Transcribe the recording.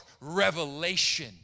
revelation